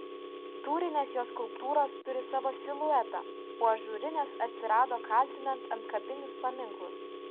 tūrinės jo skulptūros turi savo siluetą o ažūrinės atsirado kaldinant antkapinius paminklus